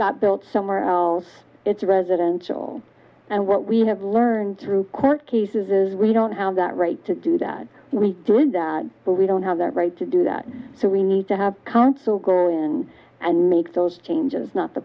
got built somewhere else it's residential and what we have learned through court cases we don't have that right to do that we do that but we don't have the right to do that so we need to have counsel go in and make those changes not the